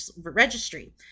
registry